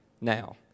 now